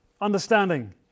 understanding